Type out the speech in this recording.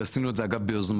ועשינו את זה ביוזמתנו,